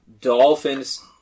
Dolphins